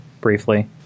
briefly